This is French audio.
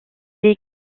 est